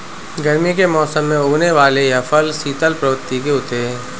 गर्मी के मौसम में उगने वाले यह फल शीतल प्रवृत्ति के होते हैं